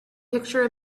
picture